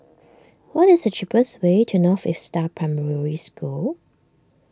what is the cheapest way to North Vista Primary School